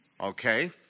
Okay